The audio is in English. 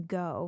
go